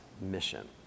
mission